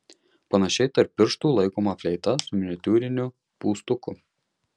panašiai tarp pirštų laikoma fleita su miniatiūriniu pūstuku